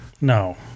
No